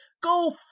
Go